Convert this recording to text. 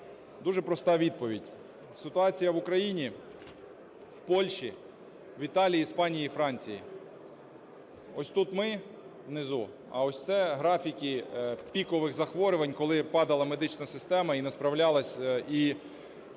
Дуже проста відповідь. Ситуація в Україні, в Польщі, в Італії, Іспанії і Франції. Ось тут ми, внизу, а ось це графіки пікових захворювань, коли падала медична система і не справлялася,